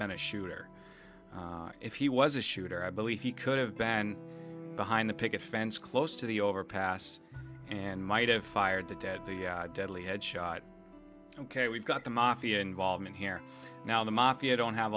been a shooter if he was a shooter i believe he could have been behind the picket fence close to the overpass and might have fired at the deadly had shot ok we've got the mafia involvement here now the mafia don't have